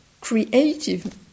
creative